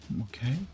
okay